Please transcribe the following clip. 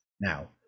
now